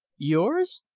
yours!